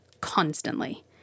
constantly